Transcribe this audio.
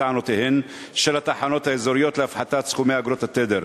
טענותיהן של התחנות האזוריות להפחתת סכומי אגרות התדר.